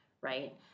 right